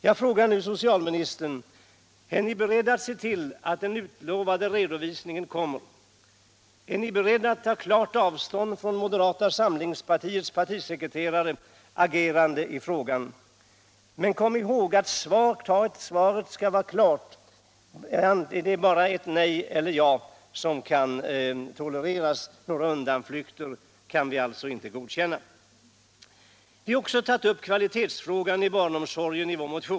Jag frågar nu socialministern: Är ni beredd att se till att den utlovade redovisningen kommer? Är ni beredd att ta klart avstånd från moderata samlingspartiets partisekreterares agerande i frågan? Men kom ihåg att svaret skall vara klart. Det är bara ett nej eller ett ja som kan tolereras. Några undanflykter kan vi alltså inte godkänna. Vi har också i vår motion tagit upp kvalitetsfrågan i barnomsorgen.